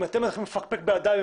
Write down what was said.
אם אתה מפקפק באדם,